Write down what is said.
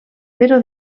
però